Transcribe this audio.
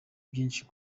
byinshi